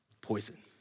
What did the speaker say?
poison